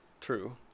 true